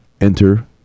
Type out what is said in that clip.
enter